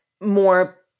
more